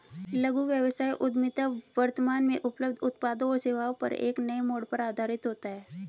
लघु व्यवसाय उद्यमिता वर्तमान में उपलब्ध उत्पादों और सेवाओं पर एक नए मोड़ पर आधारित होता है